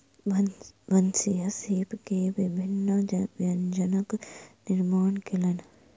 भनसिया सीप के विभिन्न व्यंजनक निर्माण कयलैन